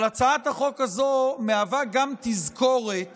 אבל הצעת החוק הזו מהווה גם תזכורת